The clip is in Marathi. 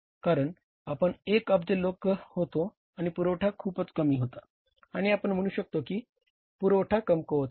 कारण आपण १ अब्ज लोक होतो आणि पुरवठा खूपच कमी होता किंवा आपण म्हणू शकतो की पुरवठा कमकुवत होता